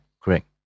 correct